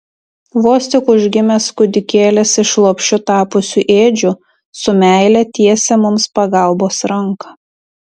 vos tik užgimęs kūdikėlis iš lopšiu tapusių ėdžių su meile tiesia mums pagalbos ranką